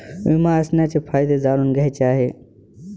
विमा असण्याचे फायदे जाणून घ्यायचे आहे